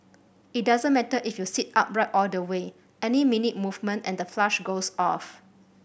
it doesn't matter if you sit upright all the way any minute movement and the flush goes off